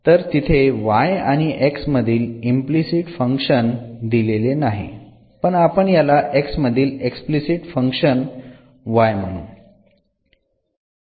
तर तिथे y आणि x मधील इम्प्लिसिट फंक्शन दिलेले नाही पण आपण याला x मधील एक्सप्लिसिट फंक्शन y म्हणू